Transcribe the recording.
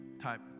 type